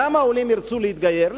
למה עולים ירצו להתגייר?